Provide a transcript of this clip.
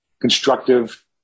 constructive